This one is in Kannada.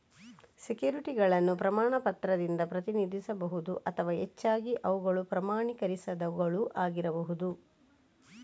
ಸೆಕ್ಯುರಿಟಿಗಳನ್ನು ಪ್ರಮಾಣ ಪತ್ರದಿಂದ ಪ್ರತಿನಿಧಿಸಬಹುದು ಅಥವಾ ಹೆಚ್ಚಾಗಿ ಅವುಗಳು ಪ್ರಮಾಣೀಕರಿಸದವುಗಳು ಆಗಿರಬಹುದು